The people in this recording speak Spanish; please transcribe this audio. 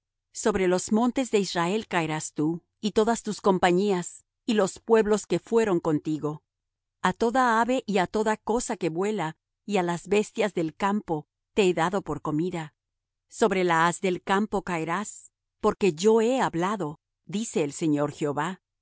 sobre los montes de israel caerás tú y todas tus compañías y los pueblos que fueron contigo á toda ave y á toda cosa que vuela y á las bestias del campo te he dado por comida sobre la haz del campo caerás